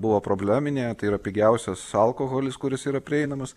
buvo probleminė tai yra pigiausias alkoholis kuris yra prieinamas